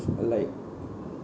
uh like